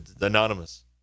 Anonymous